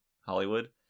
Hollywood